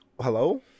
hello